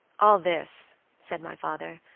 all this, said my father,